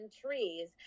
trees